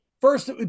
First